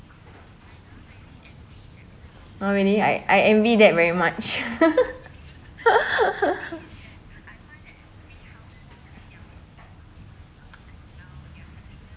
oh really I I envy that very much